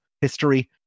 history